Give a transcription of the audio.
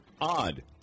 odd